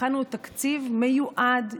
הכנו תקציב מיועד,